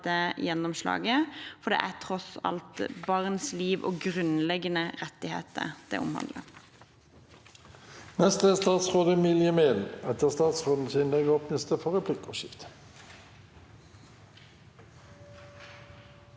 dette gjennomslaget, for det er tross alt barns liv og grunnleggende rettigheter det omhandler.